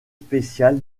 spécial